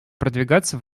продвигаться